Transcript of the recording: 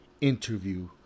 interview